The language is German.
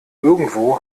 irgendwo